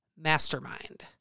mastermind